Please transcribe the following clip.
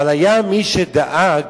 אבל היה מי שדאג